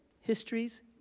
histories